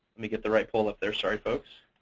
me get the right poll up there. sorry folks.